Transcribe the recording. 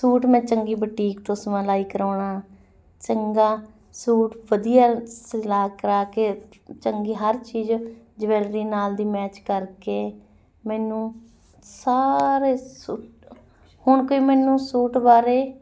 suit ਮੈਂ ਚੰਗੀ boutique ਤੋਂ ਸਿਲਾਈ ਕਰਾਉਣਾ ਚੰਗਾ ਸੂਟ ਵਧੀਆ ਸਿਲਾ ਕਰਾ ਕੇ ਚੰਗੀ ਹਰ ਚੀਜ਼ ਜਵੈਲਰੀ ਨਾਲ ਦੀ ਮੈਚ ਕਰਕੇ ਮੈਨੂੰ ਸਾਰੇ ਸੂਟ ਹੁਣ ਕੋਈ ਮੈਨੂੰ ਸੂਟ ਬਾਰੇ